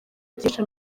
byinshi